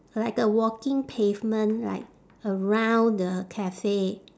like a walking pavement like around the cafe